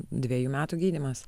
dviejų metų gydymas